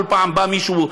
כל פעם בא מישהו,